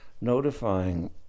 notifying